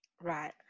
Right